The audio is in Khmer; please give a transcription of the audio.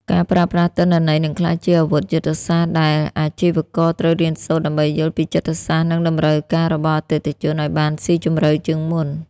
ការប្រើប្រាស់ទិន្នន័យ នឹងក្លាយជាអាវុធយុទ្ធសាស្ត្រ ដែលអាជីវករត្រូវរៀនសូត្រដើម្បីយល់ពីចិត្តសាស្ត្រ និងតម្រូវការរបស់អតិថិជនឱ្យបានស៊ីជម្រៅជាងមុន។